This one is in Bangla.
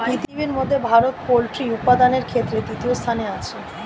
পৃথিবীর মধ্যে ভারত পোল্ট্রি উপাদানের ক্ষেত্রে তৃতীয় স্থানে আছে